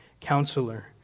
counselor